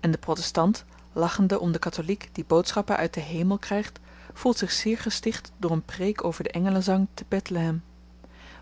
en de protestant lachende om den katholiek die boodschappen uit den hemel krygt voelt zich zeer gesticht door n preek over den engelenzang te bethlehem